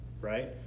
right